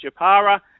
Japara